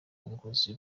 ngogozi